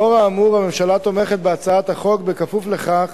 לאור האמור, הממשלה תומכת בהצעת החוק, כפוף לכך